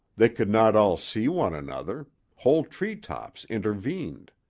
they could not all see one another whole tree-tops intervened.